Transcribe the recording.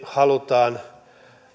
halutaan